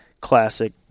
classic